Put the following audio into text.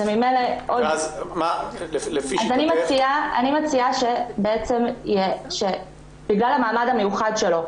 אני מציעה שבגלל המעמד המיוחד שלו,